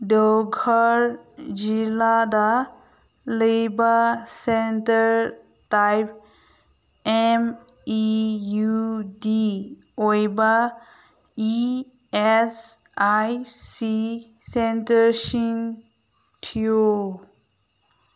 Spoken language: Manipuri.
ꯗꯤꯑꯣꯈꯔ ꯖꯤꯜꯂꯥꯗ ꯂꯩꯕ center type M E U D ꯑꯣꯏꯕ E S I C center ꯁꯤꯡ ꯊꯤꯌꯨ